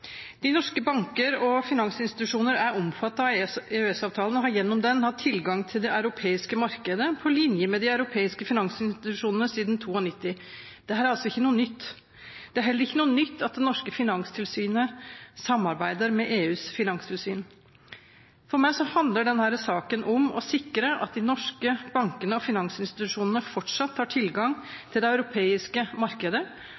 De norske banker og finansinstitusjoner er omfattet av EØS-avtalen og har gjennom den hatt tilgang til det europeiske markedet, på linje med de europeiske finansinstitusjonene, siden 1992. Dette er altså ikke noe nytt. Det er heller ikke noe nytt at det norske finanstilsynet samarbeider med EUs finanstilsyn. For meg handler denne saken om å sikre at de norske bankene og finansinstitusjonene fortsatt har